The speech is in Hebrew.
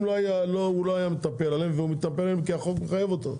אם הוא לא היה מתנפל עליהם והוא מתנפל עליהם כי החוק מחייב אותו.